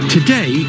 Today